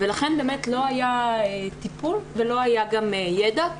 לכן לא היה טיפול ולא היה גם ידע,